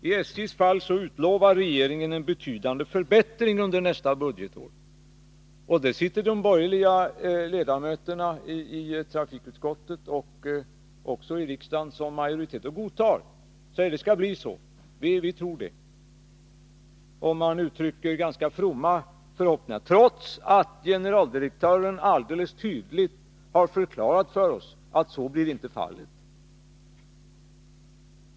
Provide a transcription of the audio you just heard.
I SJ:s fall utlovar regeringen en betydande förbättring under nästa budgetår, och det godtar de borgerliga ledamöterna i trafikutskottet och i riksdagen. De säger att ”det skall bli så, vi tror det”. Man uttrycker ganska fromma förhoppningar, trots att generaldirektören tydligt har förklarat för oss att de inte kan bli uppfyllda.